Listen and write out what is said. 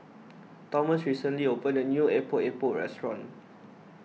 Tomas recently opened a new Epok Epok restaurant